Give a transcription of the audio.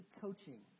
coaching